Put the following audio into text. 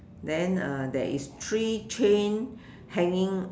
then there is three cane hanging